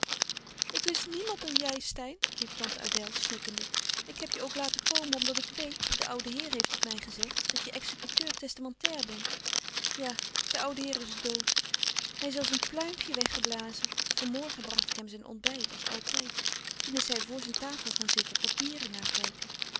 ik wist niemand dan jij steyn riep tante adèle snikkende ik heb je ook laten komen omdat ik weet de oude heer heeft het mij gezegd dat je executeur testamentair bent ja de oude heer is dood hij is als een pluimpje weggeblazen van morgen bracht ik hem zijn ontbijt als altijd toen is hij voor zijn tafel gaan zitten papieren nakijken